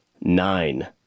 nine